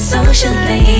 Socially